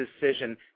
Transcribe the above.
decision